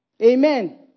Amen